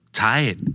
tired